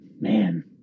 man